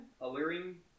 Alluring